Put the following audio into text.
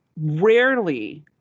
rarely